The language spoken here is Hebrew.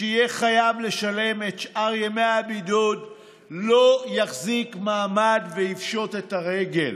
שיהיה חייב לשלם את שאר ימי הבידוד לא יחזיק מעמד ויפשוט את הרגל.